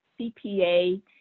CPA